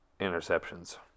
interceptions